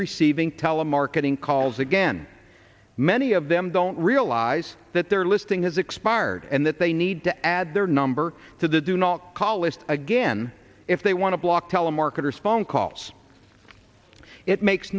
receiving telemarketing calls again many of them don't realize that their listing has expired and that they need to add their number to the do not call list again if they want to block telemarketers phone calls it makes